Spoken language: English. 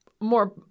More